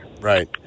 Right